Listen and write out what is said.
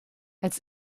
als